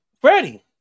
Freddie